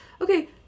Okay